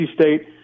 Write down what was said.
State